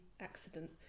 accident